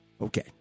Okay